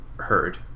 heard